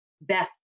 best